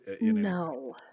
No